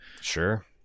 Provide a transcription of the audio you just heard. Sure